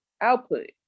output